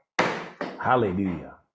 Hallelujah